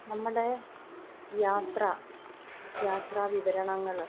നമ്മുടെ യാത്ര യാത്രാവിവരണങ്ങൾ